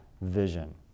vision